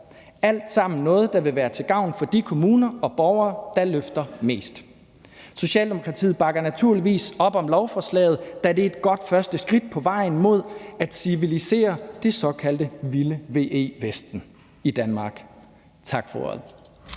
alt sammen noget, der vil være til gavn for de kommuner og borgere, der løfter mest. Socialdemokratiet bakker naturligvis op om lovforslaget, da det er et godt første skridt på vejen mod at civilisere det såkaldte vilde VE-vesten i Danmark. Tak for ordet.